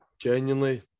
genuinely